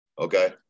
Okay